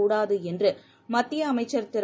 கூடாதுஎன்றுமத்தியஅமைச்சர் திரு